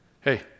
Hey